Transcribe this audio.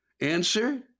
Answer